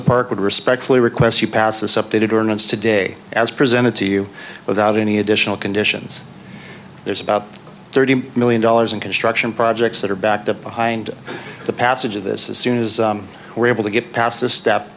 the park would respectfully request you pass this updated ordinance today as presented to you without any additional conditions there's about thirty million dollars in construction projects that are backed up behind the passage of this is soon as we're able to get past the st